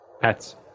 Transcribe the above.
pets